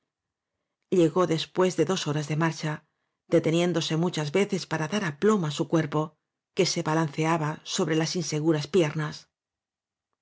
llegó después de dos horas de marcha deteniéndose muchas veces para dar aplomo á su cuerpo que se balanceaba sobre las inseguras piernas